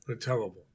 terrible